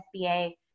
SBA